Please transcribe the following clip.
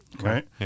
Right